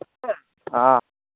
ꯑꯥ